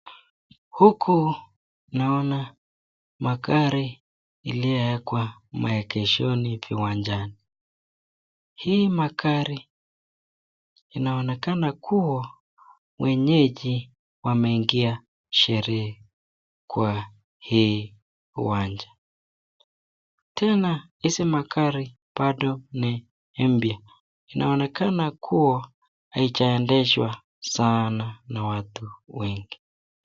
Huku naona magari iliyowekwa mageshoni uwanjani. Hii magari inaonekana kuwa wenyeji wameingia sherehe kwa hii uwanja. Tena hizi magari bado ni mpya, inaonekana kuwa haijaendeshwa saana na watu wengi.